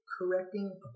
correcting